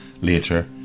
later